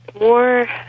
more